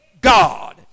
God